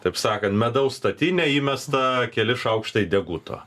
taip sakant medaus statinę įmesta keli šaukštai deguto